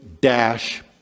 Dash